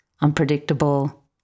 unpredictable